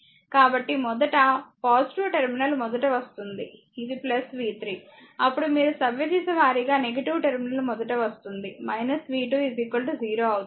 కాబట్టిమొదట terminal మొదట వస్తుంది ఇది v3 అప్పుడు మీరు సవ్యదిశ వారీగా టెర్మినల్ మొదట వస్తుంది v 2 0 అవుతుంది